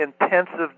intensive